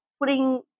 putting